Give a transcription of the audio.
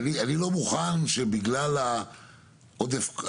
אני לא רוצה למשוך את הדברים האלה.